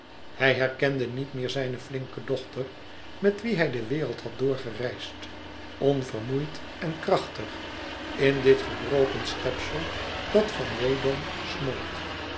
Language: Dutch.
hij herkende niet meer zijne flinke dochter met wie hij de wereld had doorgereisd onvermoeid en krachtig in dit gebroken schepsel dat van weedom smolt